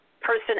person